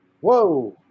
Whoa